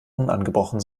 unangebrochen